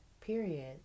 Period